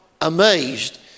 amazed